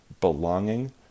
belonging